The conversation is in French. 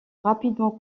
rapidement